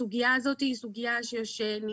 הסוגיה הזאת היא סוגיה שנמצאת על המדוכה